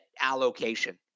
allocation